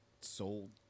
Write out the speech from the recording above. sold